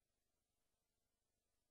מה